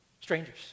strangers